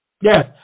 yes